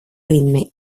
ritme